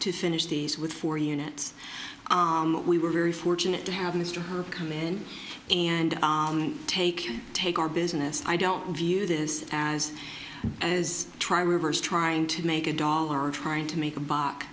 to finish these with four units but we were very fortunate to have mr her come in and take take our business i don't view this as as trying reverse trying to make a dollar or trying to make a buck